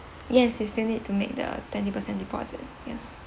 yes you still need to make the twenty percent deposit yes